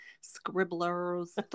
scribblers